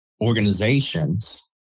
organizations